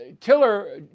Tiller